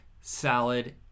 Salad